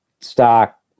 stock